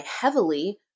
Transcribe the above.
heavily